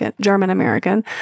German-American